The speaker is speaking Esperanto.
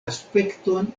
aspekton